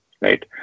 Right